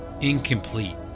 incomplete